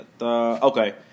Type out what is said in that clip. Okay